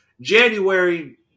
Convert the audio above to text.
January